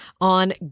on